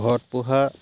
ঘৰত পোহা